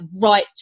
right